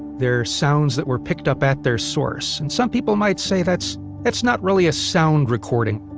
they're sounds that were picked up at their source. and some people might say that's that's not really a sound recording.